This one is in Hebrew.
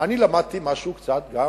אני למדתי קצת גם